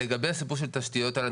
לגבי הסיפור של התשתיות האלה,